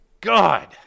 God